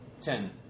Ten